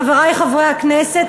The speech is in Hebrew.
חברי חברי הכנסת,